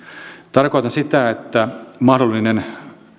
tarkoitan sitä että mahdollinen